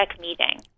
meeting